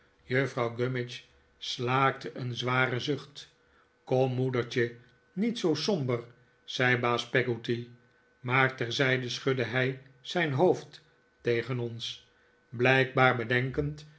juffrouw gummidge slaakte een zwaren zucht kom moedertje niet zoo somber zei baas peggotty maar terzijde schudde hij zijn hoofd tegen ons blijkbaar bedenkend